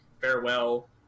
farewell